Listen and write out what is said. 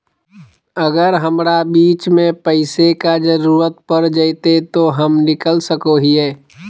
अगर हमरा बीच में पैसे का जरूरत पड़ जयते तो हम निकल सको हीये